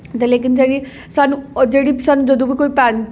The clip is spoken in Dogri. ते लेकिन जेह्ड़ी साह्नूं जेह्ड़ी बी साह्नूं जदूं बी कोई पैंथ